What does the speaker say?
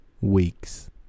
weeks